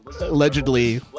allegedly